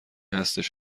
هستش